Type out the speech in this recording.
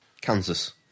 Kansas